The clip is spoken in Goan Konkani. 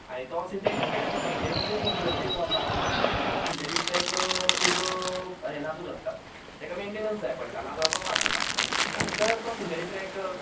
आनी तो सिंथेथीक ट्रॅकाचो मेंटेनंन्सूय खूब गरजेचो आसा कारण तो सिंथेथीक ट्रॅक खूब नाजूक आसता तेका मेंटेनंन्स जाय पडटा ना जाल्यार तो बाद जाता तर तो सिंथेथीक ट्रॅक